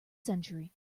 century